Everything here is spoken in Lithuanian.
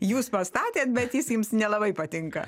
jūs pastatėt bet jis jums nelabai patinka